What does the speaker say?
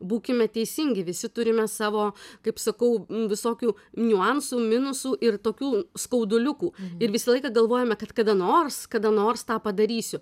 būkime teisingi visi turime savo kaip sakau m visokių niuansų minusų ir tokių skauduliukų ir visą laiką galvojome kad kada nors kada nors tą padarysiu